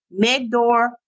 Megdor